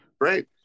great